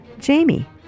Jamie